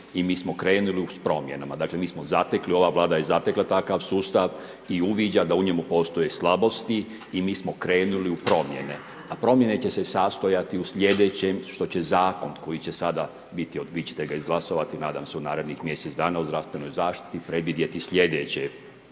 i mi smo krenuli s promjenama. Dakle, mi smo zatekli, ova Vlada je zatekla takav sustav i uviđa da u njemu postoje slabosti i mi smo krenuli u promjene. A promjene će se sastojati u slijedećem što će Zakon koji će sada biti, vi ćete ga izglasovati nadam se u narednih mjesec dana, o zdravstvenoj zaštiti, predvidjeti slijedeće,